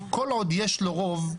כל עוד יש לו רוב,